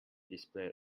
displayed